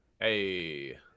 Hey